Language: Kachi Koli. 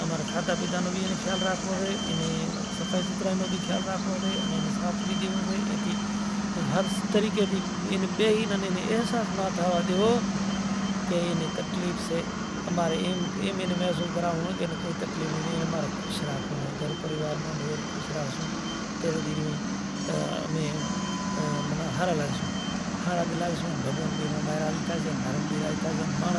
راجا ہریچند آویسے تو کہیسے کہ بھائی تمیں دکھشا آلشو تو ہوں اوس تماں رو اگنی کاٹ کریش اگر نہیں آلو تو عام مانڑوں نوں ہوں اگنی کاٹ نہیں آلوں، تو تاراڈے کہے کہ راجا ہریچند جانشی زو تو سہی سے کونڑ، جے نوں تمیں دکھشنڑا مانگے ریا سو ای سے کونڑ؟ ای تمارو ای ڈیچرو سے آن تمارا ئی ڈیچرا نیں آز دنیا تھی زاتو ریو سے این اینے ہگایا آرو کرے آز تمیں دکھشنڑا مانگو را سو، تو راجا ہریچند ڈیکھے کہے تو تاراڈیو اتا رے